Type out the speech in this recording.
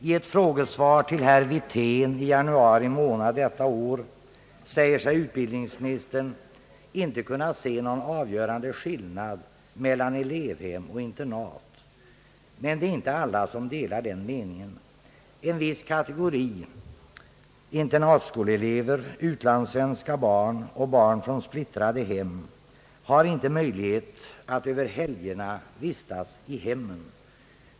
I ett frågesvar till herr Wirtén i januari månad detta år sade sig utbildningsministern inte kunna se någon avgörande skillnad mellan elevhem och internat. Men det är inte alla som delar den meningen. En viss kategori internatskoleelever — utlandssvenska barn och barn från splittrade hem — har inte möjlighet att över helgerna vistas i hemmen.